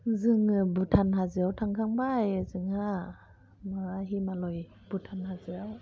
जोङो बुटान हाजोआव थांखांबाय जोंहा हिमालया बुटान हाजोआव